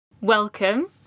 Welcome